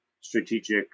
strategic